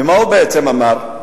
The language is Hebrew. ומה הוא בעצם אמר?